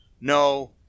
No